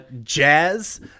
Jazz